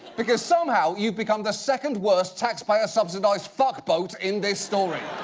because somehow, you've become the second worst tax-payer subsidized fuck-boat in this story.